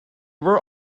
were